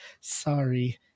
sorry